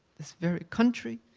this very country,